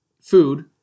food